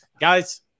guys